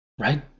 Right